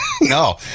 no